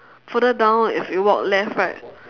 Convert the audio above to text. further down if you walk left right